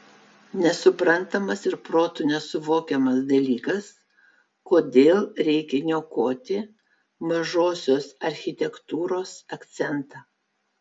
nesuprantamas ir protu nesuvokiamas dalykas kodėl reikia niokoti mažosios architektūros akcentą